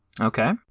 Okay